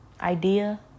idea